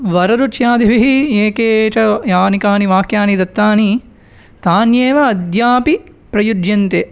वररुच्यादिभिः ये के च यानि कानि वाक्यानि दत्तानि तान्येव अद्यापि प्रयुज्यन्ते